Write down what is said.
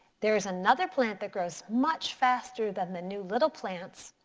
there is another plant that grows much faster than the new little plants.